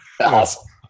awesome